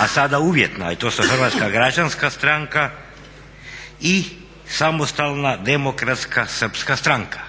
a sada uvjeta i to su Hrvatska građanska stranka i Samostalna demokratska Srpska stranka.